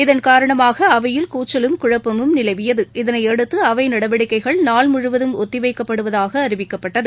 இதன் காரணமாக அவையில் கூச்சலும் குழப்பமும் நிலவியது இதனையடுத்து அவை நடவடிக்கைகள் நாள் முழுவதும் ஒத்திவைக்கப்படுவதாக அறிவிக்கப்பட்டது